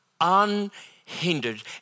unhindered